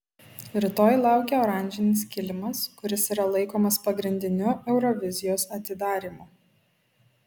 rytoj laukia oranžinis kilimas kuris yra laikomas pagrindiniu eurovizijos atidarymu